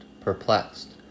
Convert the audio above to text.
Perplexed